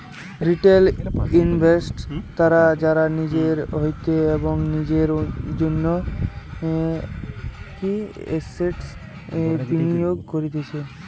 retail investors তারা যারা নিজের হইতে এবং নিজের জন্য এসেটস বিনিয়োগ করতিছে